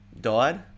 died